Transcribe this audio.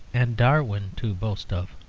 and darwin to boast of.